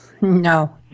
No